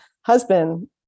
husband